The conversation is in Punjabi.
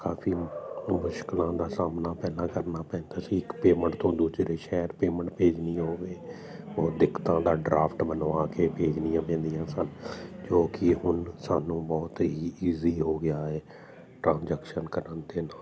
ਕਾਫੀ ਮੁਸ਼ਕਲਾਂ ਦਾ ਸਾਹਮਣਾ ਪੈਦਾ ਕਰਨਾ ਪੈਂਦਾ ਸੀ ਇੱਕ ਪੇਮੈਂਟ ਤੋਂ ਦੂਜੇ ਸ਼ਹਿਰ ਪੇਮੈਂਟ ਭੇਜਣੀ ਹੋਵੇ ਉਹ ਦਿੱਕਤਾਂ ਦਾ ਡਰਾਫਟ ਬਣਵਾ ਕੇ ਭੇਜਣੀਆਂ ਪੈਂਦੀਆਂ ਸਨ ਜੋ ਕਿ ਹੁਣ ਸਾਨੂੰ ਬਹੁਤ ਹੀ ਇਜ਼ੀ ਹੋ ਗਿਆ ਹੈ ਟਰਾਂਜੈਕਸ਼ਨ ਕਰਨ ਦੇ ਨਾਲ